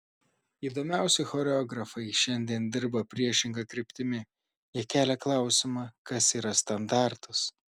įdomiausi choreografai šiandien dirba priešinga kryptimi jie kelia klausimą kas yra standartas